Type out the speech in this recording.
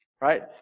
right